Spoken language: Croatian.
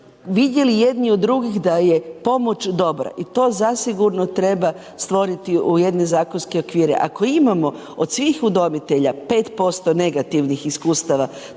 vidjeli jedni od drugih da je pomoć dobra i to zasigurno treba stvoriti u jedne zakonske okvire. Ako imamo od svih udomitelja 5% negativnih iskustava,